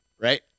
right